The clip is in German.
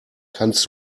kannst